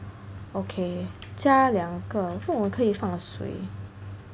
okay 加两个不懂我可以放谁